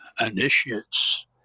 initiates